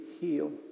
heal